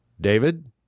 David